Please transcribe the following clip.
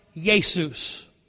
Jesus